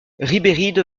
ribéride